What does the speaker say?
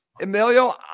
Emilio